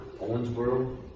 Owensboro